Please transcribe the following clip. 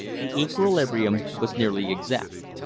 the equilibrium was nearly exact.